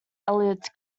elliott